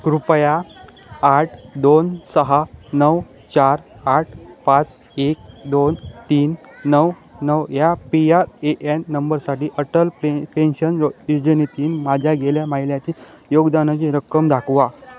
कृपया आठ दोन सहा नऊ चार आठ पाच एक दोन तीन नऊ नऊ या पी आ ए एन नंबरसाठी अटल पे पेन्शन यो योजनेतील माझ्या गेल्या महिन्यातील योगदानाची रक्कम दाखवा